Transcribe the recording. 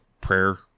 prayer